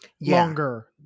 longer